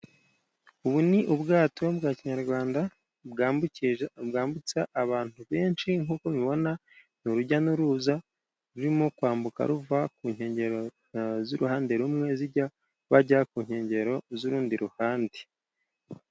Ubu ni ubwato bwa Kinyarwanda bwambukije bwambutsa abantu benshi, nk'uko ubibona ni urujya n'uruza rurimo kwambuka ruva ku nkengero z'uruhande rumwe zijya ku nkengero z'urundi ruhande.